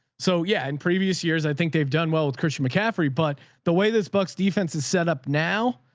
so yeah, in previous years, i think they've done well with christian mccaffrey, but the way this book's defense is set up now,